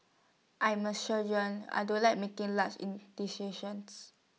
I'm A surgeon I don't like making large indecisions